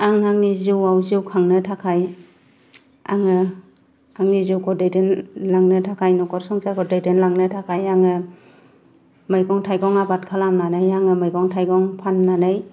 आं आंनि जिउआव जिउखांनो थाखाय आङो आंनि जिउखौ दैदेनलांनो थाखाय न'खर संसारखौ दैदेनलांनो थाखाय आङो मैैगं थाइगं आबाद खालामनानै आङो मैगं थाइगं फाननानै